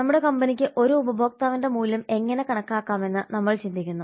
നമ്മുടെ കമ്പനിക്ക് ഒരു ഉപഭോക്താവിന്റെ മൂല്യം എങ്ങനെ കണക്കാക്കാമെന്ന് നമ്മൾ ചിന്തിക്കുന്നു